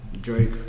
Drake